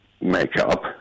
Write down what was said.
makeup